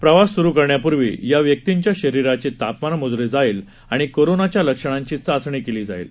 प्रवास सुरू करण्यापूर्वी या व्यक्तींच्या शरीराचे तपमान मोजले जाईल आणि कोरोनाच्या लक्षणांची चाचणी केली जाईल